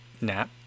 nap